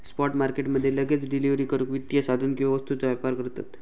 spot market मध्ये लगेच delivery करूक वित्तीय साधन किंवा वस्तूंचा व्यापार करतत